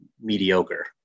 mediocre